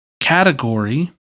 category